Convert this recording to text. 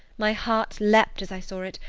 my heart leaped as i saw it,